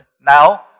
Now